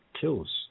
kills